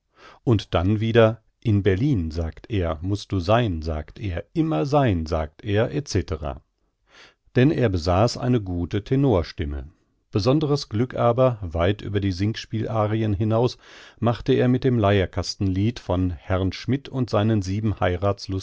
und dann wieder in berlin sagt er mußt du sein sagt er immer sein sagt er etc denn er besaß eine gute tenorstimme besonderes glück aber weit über die singspiel arien hinaus machte er mit dem leierkastenlied von herrn schmidt und seinen